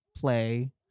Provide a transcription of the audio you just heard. play